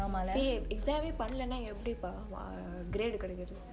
!hey! பன்னலெனா எப்டிப்பா:pannelenaa epdipaa grade கெடைக்காது:kedaiku